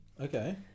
Okay